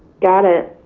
got it,